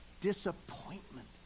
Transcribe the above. Disappointment